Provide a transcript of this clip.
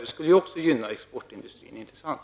Det skulle också gynna exportindustrin, inte sant?